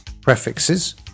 Prefixes